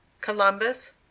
columbus